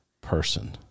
person